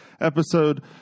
episode